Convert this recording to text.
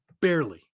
barely